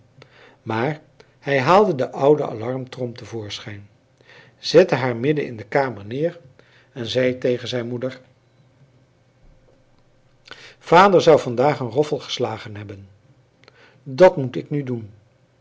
maar hij haalde de oude alarmtrom te voorschijn zette haar midden in de kamer neer en zei tegen zijn moeder vader zou vandaag een roffel geslagen hebben dat moet ik nu doen